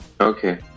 Okay